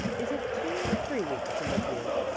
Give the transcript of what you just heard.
is it two or three weeks to mid-years?